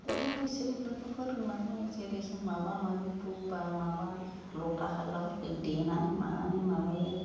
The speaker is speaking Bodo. ओरैनो इसोरो इफोरखो फोरोंलांबाय जेरै जों माबा माबि ब बा माबा लथा हाग्राफोरखो देनानै मानानै माबायो